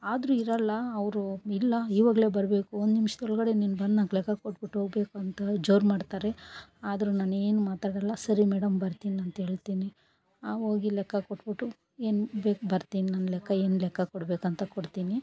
ಆದರೂ ಇರಲ್ಲ ಅವರು ಇಲ್ಲ ಇವಾಗಲೇ ಬರಬೇಕು ಒಂದು ನಿಮಿಷದೊಳ್ಗಡೆ ನೀನು ಬಂದು ನಂಗೆ ಲೆಕ್ಕ ಕೊಟ್ಬಿಟ್ಟೋಗಬೇಕು ಅಂತ ಜೋರು ಮಾಡ್ತಾರೆ ಆದರೂ ನಾನು ಏನು ಮಾತಾಡಲ್ಲ ಸರಿ ಮೇಡಮ್ ಬರ್ತೀನಂತೇಳ್ತಿನಿ ಹೋಗಿ ಲೆಕ್ಕ ಕೊಟ್ಟುಬಿಟ್ಟು ಏನು ಬೇಕು ಬರ್ತೀನಿ ನನ್ನ ಲೆಕ್ಕ ಏನು ಲೆಕ್ಕ ಕೊಡಬೇಕಂತ ಕೊಡ್ತೀನಿ